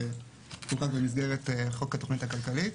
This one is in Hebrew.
שחוקק במסגרת חוק התוכנית הכלכלית.